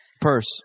Purse